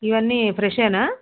ఇవన్నీ ఫ్రెషేనా